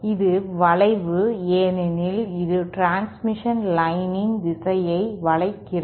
இது வளைவு ஏனெனில் இது டிரான்ஸ்மிஷன் லைன் இன் திசையை வளைக்கிறது